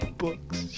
books